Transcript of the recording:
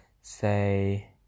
say